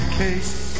case